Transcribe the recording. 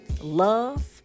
love